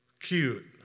cute